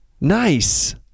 Nice